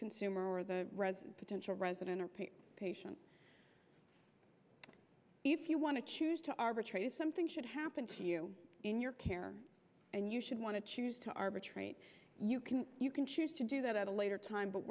consumer or the potential resident patient if you want to choose to arbitrate something should happen to you in your care and you should want to choose to arbitrate you can you can choose to do that at a later time but